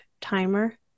timer